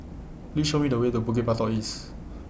Please Show Me The Way to Bukit Batok East